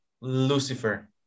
Lucifer